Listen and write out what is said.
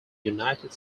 united